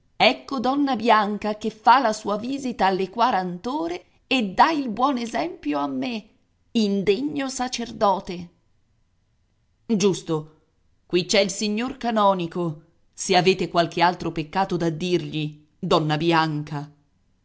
ecco donna bianca che fa la sua visita alle quarant'ore e dà il buon esempio a me indegno sacerdote giusto qui c'è il signor canonico se avete qualche altro peccato da dirgli donna bianca